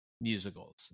musicals